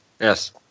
Yes